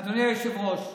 אדוני היושב-ראש,